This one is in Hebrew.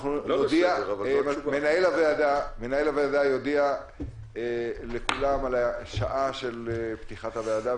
מנהל הוועדה יודיע לכולם על השעה של פתיחת הוועדה,